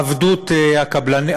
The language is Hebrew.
העבדות הקבלנית,